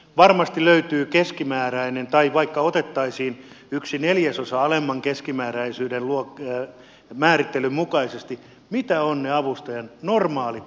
varmasti löytyy keskimääräinen taso tai vaikka otettaisiin yksi neljäsosa alemman keskimääräisyyden määrittelyn mukaisesti mitä ovat ne avustajan normaalit työtehtävät